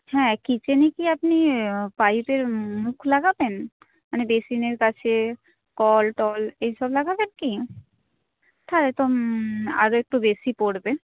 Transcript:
হ্যাঁ কিচেনে কি আপনি পাইপের মুখ লাগাবেন মানে বেসিনের কাছে কল টল এইসব লাগাবেন কি তাহলে তো আরেকটু বেশি পড়বে